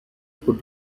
put